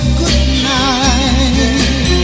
goodnight